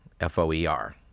F-O-E-R